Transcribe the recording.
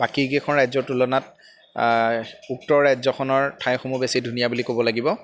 বাকীগেখন ৰাজ্যৰ তুলনাত উক্ত ৰাজ্যখনৰ ঠাইসমূহ বেছি ধুনীয়া বুলি ক'ব লাগিব